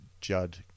Judd